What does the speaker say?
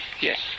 Yes